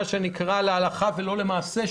להלכה ולא למעשה,